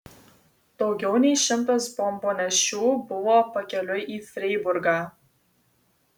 daugiau nei šimtas bombonešių buvo pakeliui į freiburgą